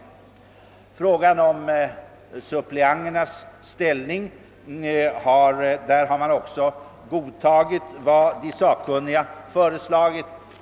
Beträffande suppleanternas ställning har de sakkunnigas förslag godtagits.